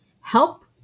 help